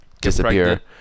disappear